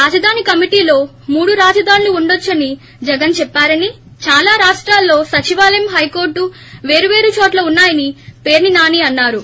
రాజధానిలో కమిటీలో మూడు రాజధానులు ఉండొచ్చని జగన్ చెప్పారని దాలా రాష్టాల్లో సచివాలయంహైకోర్టు పేర్వేరు చోట్ల ఉన్నాయని పేర్సి నాని అన్నారు